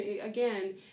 again